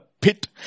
pit